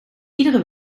iedere